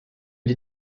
des